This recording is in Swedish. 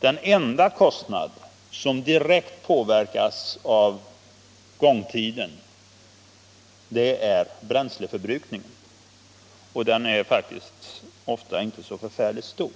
Den enda kostnad som direkt påverkas av gångtiden är bränsleförbrukningen, och den är ofta faktiskt inte så förfärligt stor.